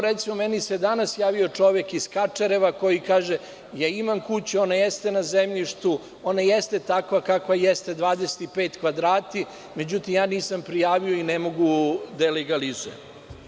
Recimo, danas mi se javio čovek iz Kačareva, koji kaže – imam kuću, ona jeste na zemljištu, ona jeste takva kakva jeste, 25 kvadrata, međutim, nisam prijavio i ne mogu da je legalizujem.